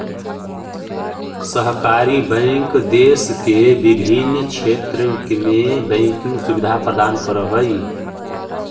सहकारी बैंक देश के विभिन्न क्षेत्र में बैंकिंग सुविधा प्रदान करऽ हइ